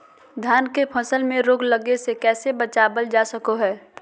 धान के फसल में रोग लगे से कैसे बचाबल जा सको हय?